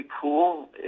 Pool